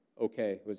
okay